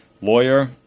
lawyer